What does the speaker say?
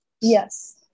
yes